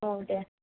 औ दे